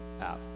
app